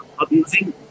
abusing